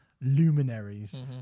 luminaries